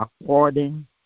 according